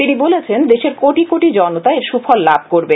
তিনি বলেছেন দেশের কোটি কোটি জনতা এর সুফল লাভ করবে